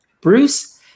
Bruce